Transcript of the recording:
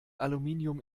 aluminium